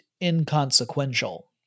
inconsequential